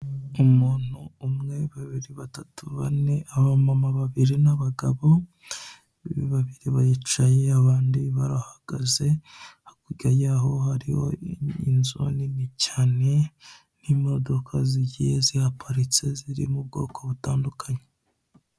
Umuntu umwe, babiri, batatu bane, aba mama babiri n'abagabo, babiri baricaye abandi barahagaze, hakurya yaho hariho inzu nini cyane, n'imodoka zigiye zihaparitse ziri mu bwoko butandukanye.